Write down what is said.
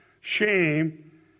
shame